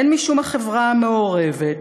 הן משום החברה המעורבת,